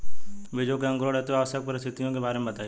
बीजों के अंकुरण हेतु आवश्यक परिस्थितियों के बारे में बताइए